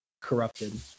corrupted